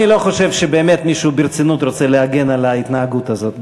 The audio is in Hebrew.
אני לא חושב שמישהו רוצה להגן על ההתנהגות הזאת ברצינות,